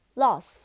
loss